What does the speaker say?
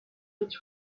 with